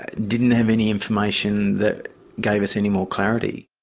didn't have any information that gave us any more clarity.